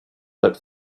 that